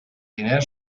diners